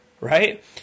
right